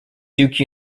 duke